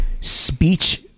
speech